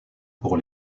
pour